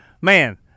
man